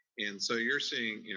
and so you're seeing, yeah